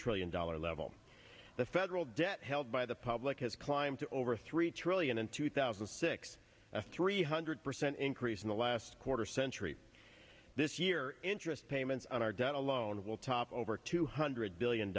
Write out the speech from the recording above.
trillion dollar level the federal debt held by the public has climbed to over three trillion in two thousand and six a three hundred percent increase in the last quarter century this year interest payments on our debt alone will top over two hundred billion